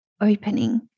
opening